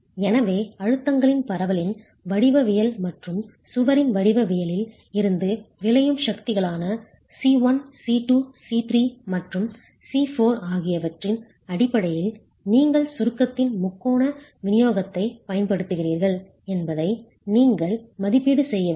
எனவே அழுத்தங்களின் பரவலின் வடிவவியல் மற்றும் சுவரின் வடிவவியலில் இருந்து விளையும் சக்திகளான C1 C2 C3 மற்றும் C4 ஆகியவற்றின் அடிப்படையில் நீங்கள் சுருக்கத்தின் முக்கோண விநியோகத்தைப் பயன்படுத்துகிறீர்கள் என்பதை நீங்கள் மதிப்பீடு செய்ய வேண்டும்